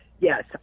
yes